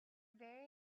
very